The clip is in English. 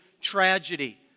tragedy